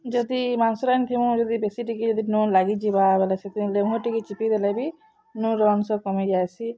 ଯଦି ମାଂସ ରାନ୍ଧିଥିମୁ ଯଦି ବେଶୀ ଟିକେ ଯଦି ନୁନ୍ ଲାଗିଯିବା ବେଲେ ସେଥି ଲେମ୍ବୁ ଟିକେ ଚିପିଦେଲେ ବି ନୁନ୍ର ଅଂଶ କମିଯାଏସି